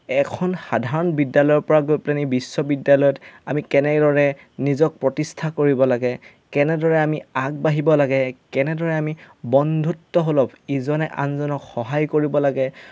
এখন সাধাৰণ বিদ্যালয়ৰ পৰা গৈ পেলাই নি বিশ্ববিদ্যালয়ত আমি কেনেদৰে নিজক প্ৰতিষ্ঠা কৰিব লাগে কেনেদৰে আমি আগবাঢ়িব লাগে কেনেদৰে আমি বন্ধুত্বসুলভ ইজনে আনজনক সহায় কৰিব লাগে